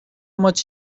much